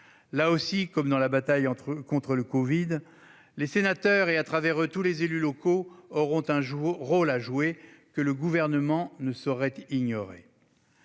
Là aussi, comme dans la bataille contre le covid-19, les sénateurs, et à travers eux tous les élus locaux auront un rôle à jouer que le Gouvernement ne saurait ignorer.